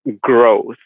growth